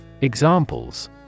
Examples